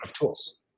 tools